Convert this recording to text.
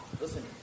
Listen